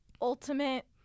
Ultimate